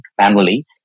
manually